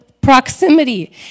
proximity